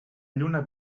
lluna